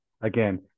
Again